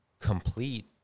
complete